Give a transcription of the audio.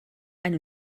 eine